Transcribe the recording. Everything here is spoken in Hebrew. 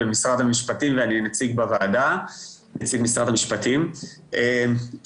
במשרד המשפטים ואני נציג משרד המשפטים בוועדה.